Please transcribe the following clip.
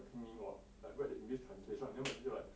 the 拼音 or like write the english translation then my teacher like